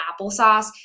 applesauce